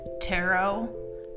tarot